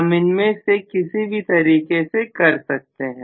हम इनमें से किसी भी तरीके से कर सकते हैं